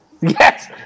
Yes